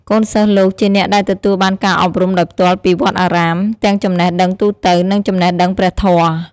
កូនសិស្សលោកជាអ្នកដែលទទួលបានការអប់រំដោយផ្ទាល់ពីវត្តអារាម ទាំងចំណេះដឹងទូទៅ និងចំណេះដឹងព្រះធម៌។